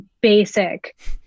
basic